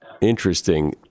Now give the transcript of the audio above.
interesting